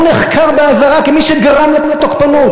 הוא נחקר באזהרה כמי שגרם לתוקפנות.